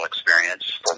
experience